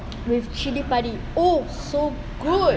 with cili padi oh so good